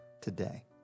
today